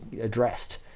addressed